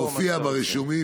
התשפ"ב 2022,